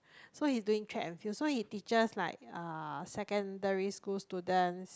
so he's doing track and field so he teaches like uh secondary school students